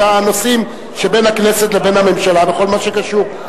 בנושאים שבין הכנסת לבין הממשלה וכל מה שקשור,